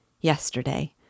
Yesterday